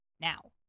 Now